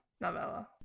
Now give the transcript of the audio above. novella